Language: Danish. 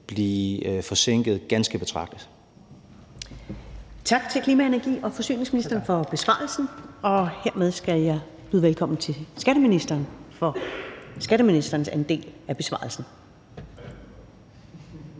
næstformand (Karen Ellemann): Tak til klima-, energi- og forsyningsministeren for besvarelsen. Hermed skal jeg byde velkommen til skatteministeren for skatteministerens andel af besvarelsen.